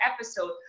episode